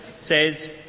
says